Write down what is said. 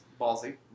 ballsy